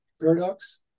paradox